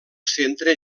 centre